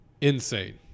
insane